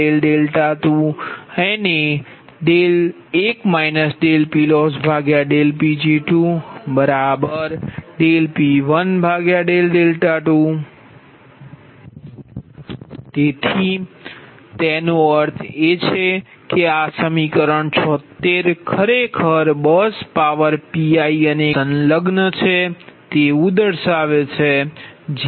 P2n Pmn Pnn 1 PLossPg2 1 PLossPgm 1 1 P12 P1n તેથી તેનો અર્થ એ છે કે આ સમીકરણ 76 ખરેખર બસ પાવર Pi અને કોણ kઆ બે વસ્તુઓ સંલગ્ન છે તેવુ દર્શાવે છે